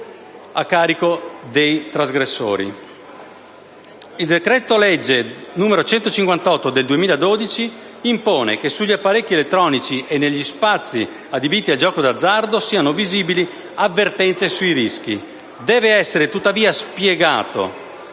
Il decreto-legge n. 158 del 2012 impone che sugli apparecchi elettronici e negli spazi adibiti al gioco d'azzardo siano visibili avvertenze sui rischi. Deve essere tuttavia spiegato